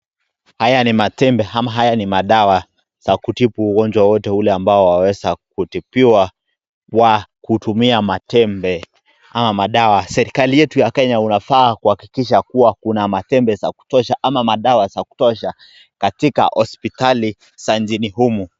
Haya ni matembe ama haya ni madawa za karibu ugonjwa wowote ule ambao waweza kutibiwa au kutumia matembe ama madawa. Serikali yetu ya Kenya unafaa kuhakikisha kuwa kuna maembe za kutosha ama madawa za kutosha katika hospitali za nchini humu.